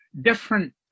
different